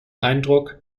eindruck